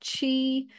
chi